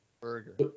Burger